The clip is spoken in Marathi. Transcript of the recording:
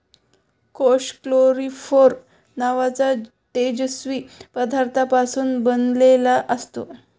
कोष फ्लोरोफोर नावाच्या तेजस्वी पदार्थापासून बनलेला असतो